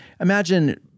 imagine